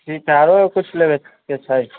जी आरु किछु लेबयके छै